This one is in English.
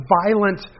violent